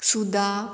सुदा